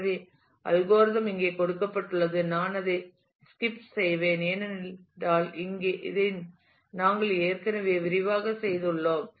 எனவே அல்கோரிதம் இங்கே கொடுக்கப்பட்டுள்ளது நான் அதைத் ஸ்கிப் செய்வேன் ஏனென்றால் இதை நாங்கள் ஏற்கனவே விரிவாகச் செய்துள்ளோம்